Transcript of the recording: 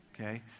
Okay